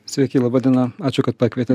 sveiki laba diena ačiū kad pakvietė